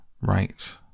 right